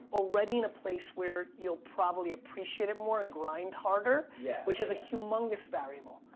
already in a place where you'll probably appreciate it more and grind harder yeah which is a humongous variable.